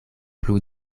plu